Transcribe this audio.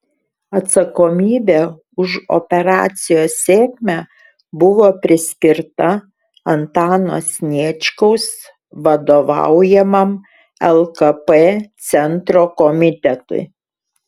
atsakomybė už operacijos sėkmę buvo priskirta antano sniečkaus vadovaujamam lkp centro komitetui